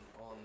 on